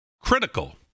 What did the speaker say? critical